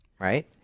right